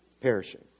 perishing